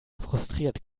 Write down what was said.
frustriert